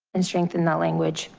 and strengthen that language.